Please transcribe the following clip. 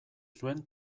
zuen